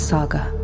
Saga